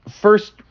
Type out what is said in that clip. first